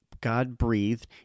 God-breathed